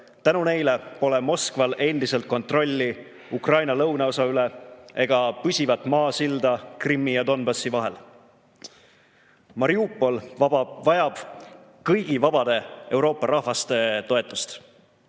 Tänu neile pole Moskval endiselt kontrolli Ukraina lõunaosa üle ega püsivat maasilda Krimmi ja Donbassi vahel. Mariupol vajab kõigi vabade Euroopa rahvaste toetust.